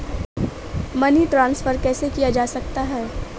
Money transfer कैसे किया जा सकता है?